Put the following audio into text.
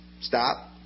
Stop